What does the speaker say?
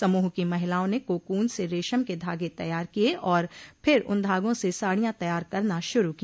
समूह की महिलाओं ने कोकून से रेशम के धागे तैयार किए और फिर उन धागों से साड़ियां तैयार करना शुरू किया